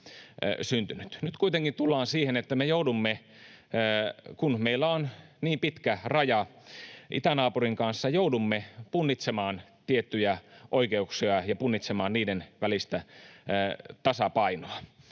Nyt kuitenkin tullaan siihen, että me joudumme, kun meillä on niin pitkä raja itänaapurin kanssa, punnitsemaan tiettyjä oikeuksia ja punnitsemaan niiden välistä tasapainoa.